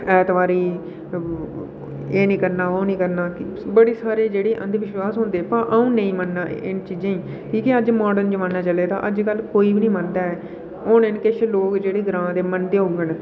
ऐतवारें ई एह् निं करना ओह् निं करना बड़े सारे जेह्के अंधविश्वास होंदे भाएं अं'ऊ नेईं मन्ना इ'नें चीज़ें गी की के अजकल मॉर्डन जमाना चलै दा अजकल कोई बी नेईं मनदा ऐ होने न किश ग्रांऐं दे लोक जेह्ड़े मनदे न